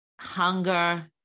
hunger